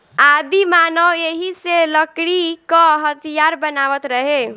आदिमानव एही से लकड़ी क हथीयार बनावत रहे